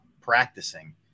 practicing